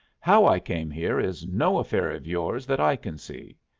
how i came here is no affair of yours that i can see.